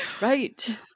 Right